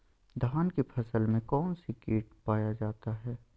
धान की फसल में कौन सी किट पाया जाता है?